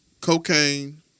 cocaine